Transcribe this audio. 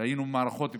והיינו במערכות בחירות,